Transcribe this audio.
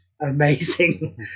amazing